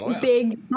big